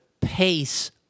pace